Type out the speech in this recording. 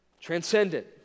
transcendent